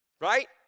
right